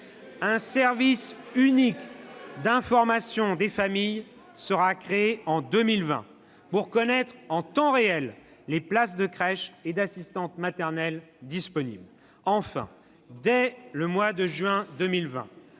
Un service unique d'information des familles sera créé en 2020 pour connaître en temps réel les places de crèches et d'assistantes maternelles disponibles. « Enfin, dès juin 2020,